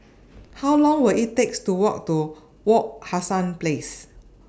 How Long Will IT takes to Walk to Wak Hassan Place